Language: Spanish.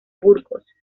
burgos